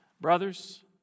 Brothers